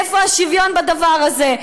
איפה השוויון בדבר הזה?